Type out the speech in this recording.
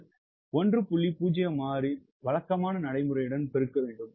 06 வழக்கமான நடைமுறையுடன் பெருக்க வேண்டும்